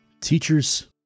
Teachers